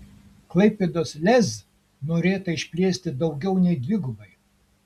klaipėdos lez norėta išplėsti daugiau nei dvigubai